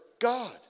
God